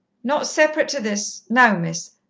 not separate to this no, miss.